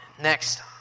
Next